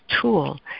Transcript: tool